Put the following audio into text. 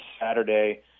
Saturday